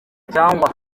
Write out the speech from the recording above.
cyangwa